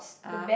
ah